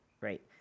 right